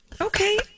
Okay